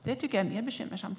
Det är i så fall mer bekymmersamt.